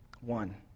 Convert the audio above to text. One